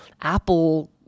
apple